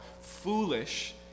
foolish